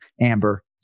Amber